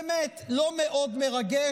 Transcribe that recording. באמת, לא מאוד מרגש.